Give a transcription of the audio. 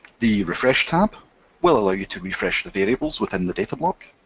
the refresh tab will allow you to refresh the variables within the datablock.